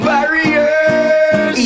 Barriers